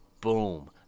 Boom